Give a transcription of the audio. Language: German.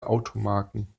automarken